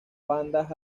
bandas